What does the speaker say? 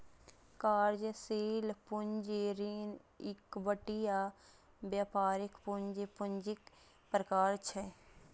कार्यशील पूंजी, ऋण, इक्विटी आ व्यापारिक पूंजी पूंजीक प्रकार छियै